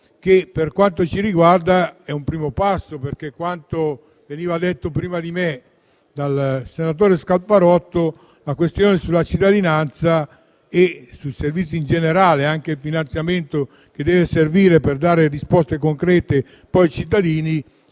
che, per quanto ci riguarda, è un primo passo. Quanto infatti detto prima di me dal senatore Scalfarotto sulla questione della cittadinanza e sui servizi in generale, anche sul finanziamento che deve servire per dare risposte concrete ai cittadini,